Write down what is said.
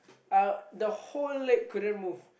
uh the whole leg couldn't move